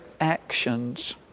actions